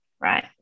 right